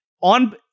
on